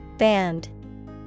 Band